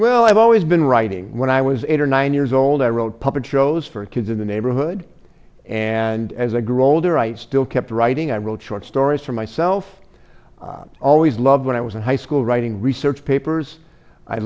well i've always been writing when i was eight or nine years old i wrote puppet shows for kids in the neighborhood and as i grew older i still kept writing i wrote short stories for myself i always loved when i was in high school writing research papers i